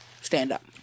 stand-up